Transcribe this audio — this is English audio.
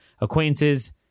acquaintances